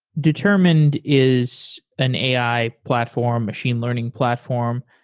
determined is an ai platform, machine learning platform.